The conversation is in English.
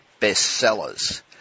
bestsellers